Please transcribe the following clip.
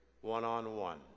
one-on-one